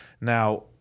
Now